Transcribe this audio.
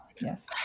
Yes